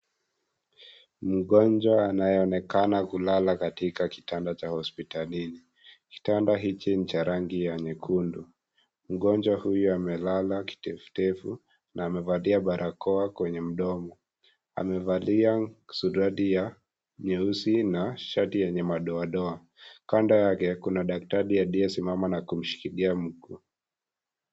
Mgonjwa anayeonekana kulala katika kitanda cha hospitalini. Kitanda hiki ni cha rangi ya nyekundu. Mgonjwa huyo amelala kitefutefu na amevalia barakoa kwenye mdomo. Amevalia suruali ya nyeusi na shati yenye madoadoa. Kand yake kuna daktari aliyesimama na kumshikilia mguu.